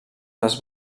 les